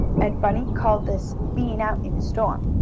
and bunny called this being out in a storm.